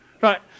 Right